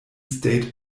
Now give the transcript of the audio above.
state